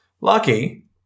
Lucky